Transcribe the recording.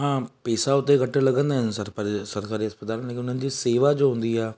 हा पैसा हुते घटि लॻंदा आहिनि सरपारी सरकारी अस्पताल में लेकिन सेवा जो हूंदी आहे